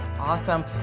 Awesome